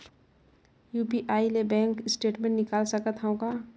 UPI ले bank statement निकाल सकत हवं का?